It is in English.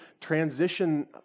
transition